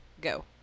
go